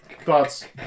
thoughts